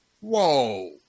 Whoa